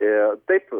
ir taip